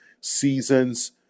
seasons